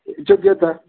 ଯୋଗ୍ୟତା